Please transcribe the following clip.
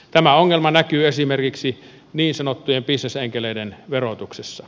tämä ongelma näkyy esimerkiksi niin sanottujen bisnesenkeleiden verotuksessa